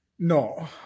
No